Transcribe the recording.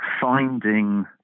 finding